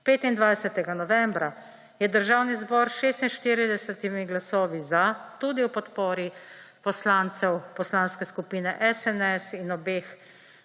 25. novembra je Državni zbor s 46 glasovi »za«, tudi ob podpori poslancev Poslanske skupine SNS in obeh